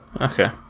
Okay